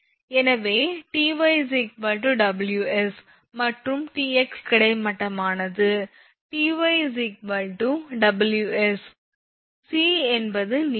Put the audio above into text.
எனவே 𝑇𝑦 𝑊s மற்றும் 𝑇𝑥 கிடைமட்டமானது 𝑇𝑦𝑊𝑠 𝑐 என்பது நீளம்